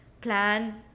plan